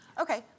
Okay